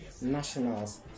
nationals